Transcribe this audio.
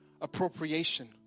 appropriation